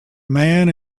man